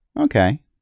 Okay